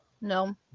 No